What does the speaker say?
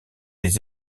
les